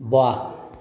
वाह